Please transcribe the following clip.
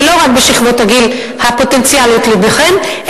ולא רק בשכבות הגיל הפוטנציאליות להיבחן,